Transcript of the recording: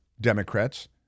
Democrats